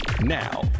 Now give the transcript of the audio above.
Now